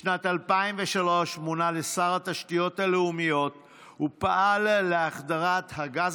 בשנת 2003 מונה לשר התשתיות הלאומיות ופעל להחדרת הגז